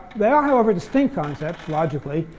they are, however, distinct concepts logically,